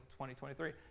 2023